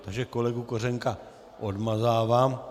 Takže kolegu Kořenka odmazávám.